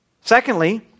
Secondly